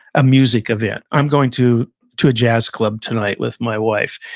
a music event, i'm going to to a jazz club tonight with my wife.